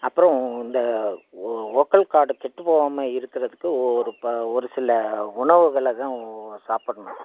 அப்புறம் இந்த vocal cord கெட்டுப் போகாம இருக்கிறதுக்கு ஒரு ப ஒரு சில உணவுகளை தான் சாப்பிட்ணும்